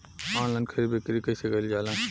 Online खरीद बिक्री कइसे कइल जाला?